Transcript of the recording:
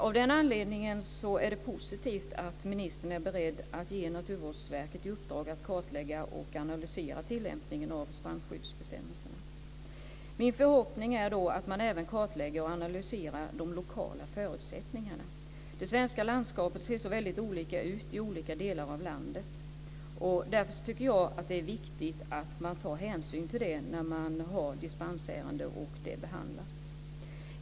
Av den anledningen är det positivt att ministern är beredd att ge Naturvårdsverket i uppdrag att kartlägga och analysera tillämpningen av strandskyddsbestämmelserna. Min förhoppning är då att man även kartlägger och analyserar de lokala förutsättningarna. Det svenska landskapet ser så väldigt olika ut i olika delar av landet. Därför tycker jag att det är viktigt att man tar hänsyn till det när man har ett dispensärende och det behandlas.